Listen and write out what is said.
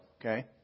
okay